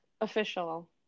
official